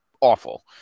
awful